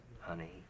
Honey